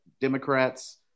Democrats